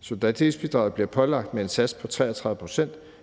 Solidaritetsbidraget bliver pålagt med en sats på 33 pct.